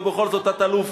ובכל זאת תת-אלוף,